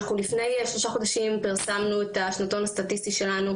לפני שלושה חודשים פרסמנו את השנתון הסטטיסטי שלנו,